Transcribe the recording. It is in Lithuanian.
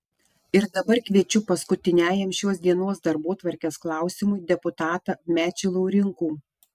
ir dabar kviečiu paskutiniajam šios dienos darbotvarkės klausimui deputatą mečį laurinkų